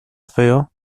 feo